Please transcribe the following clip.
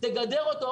תגדר אותו,